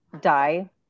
die